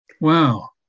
Wow